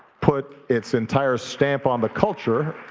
put its entire stamp on the culture